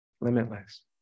limitless